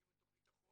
יש גם את תכנית החומש,